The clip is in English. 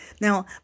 Now